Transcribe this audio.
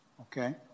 Okay